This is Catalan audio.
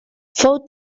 fou